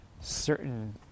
certain